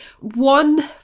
one